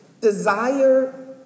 desire